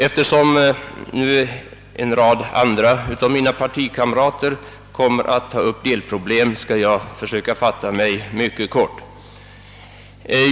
Eftersom nu en rad av partikamrater kommer att ta upp delproblem skall jag försöka fatta mig mycket kort.